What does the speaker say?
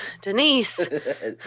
Denise